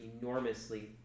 enormously